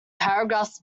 paragraphs